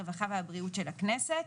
הרווחה והבריאות של הכנסת,